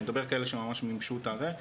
אני מדבר על כאלה שממש מימשו את הזה,